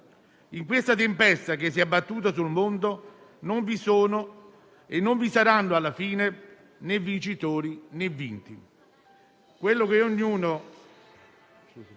In questa tempesta che si è abbattuta sul mondo non vi sono e non vi saranno, alla fine, né vincitori, né vinti.